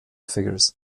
figures